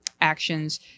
actions